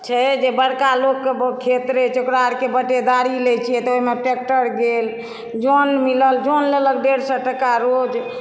छै जे बड़का लोकके खेत रहैत छै ओकरा आओरके बटेदारी लैत छियै तऽ ओहिमे ट्रेक्टर गेल जऽन मिलल जऽन लेलक डेढ़ सए टाका रोज